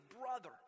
brother